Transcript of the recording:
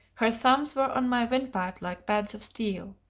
her thumbs were on my windpipe like pads of steel.